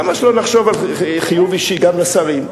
למה שלא נחשוב על חיוב אישי גם לשרים?